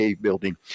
building